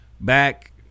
back